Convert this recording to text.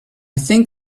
think